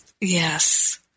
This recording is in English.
Yes